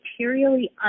materially